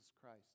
Christ